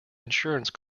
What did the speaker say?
insurance